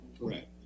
Correct